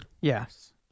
Yes